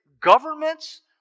governments